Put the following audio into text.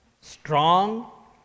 Strong